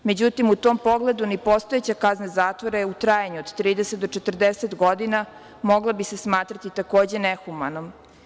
Međutim, u tom pogledu ni postojeća kazna zatvora u trajanju od 30 do 40 godina mogla bi se smatrati takođe nehumanom.